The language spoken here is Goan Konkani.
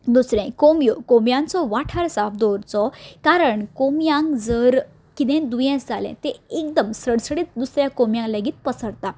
दुसरें कोंबयो कोंबयांचो वाठार साफ दवरचो कारण कोंबयांक जर कितेंय दुयेंस जालें तें एकदम सडसडीत दुसऱ्या कोंबयांक लेगीत पसरता